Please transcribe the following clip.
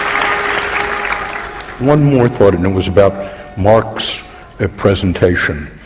um one more thought and it was about marc's presentation.